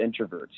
introverts